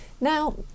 Now